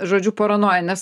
žodžiu paranoja nes